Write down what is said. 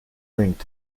linked